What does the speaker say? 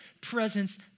presence